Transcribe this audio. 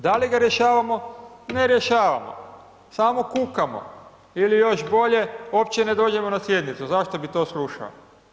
Da li ga rješavamo, ne rješavamo, samo kukamo ili još bolje uopće ne dođemo na sjednicu, zašto bi to slušao.